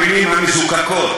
המילים המזוקקות.